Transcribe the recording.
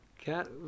cat